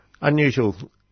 Unusual